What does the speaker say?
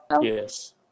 Yes